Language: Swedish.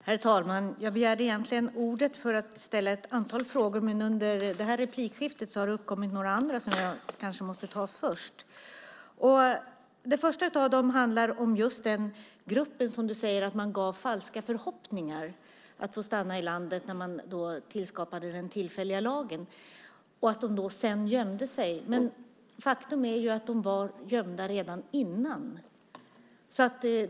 Herr talman! Jag begärde ordet för att ställa ett antal frågor, och under det förra replikskiftet uppkom ytterligare några som jag kanske måste ställa först. Den första handlar om den grupp som Fredrick Federley säger att man gav falska förhoppningar om att de skulle få stanna i landet när den tillfälliga lagen tillskapades och som sedan gömde sig. Men faktum är att de gömde sig redan tidigare.